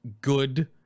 good